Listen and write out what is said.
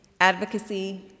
advocacy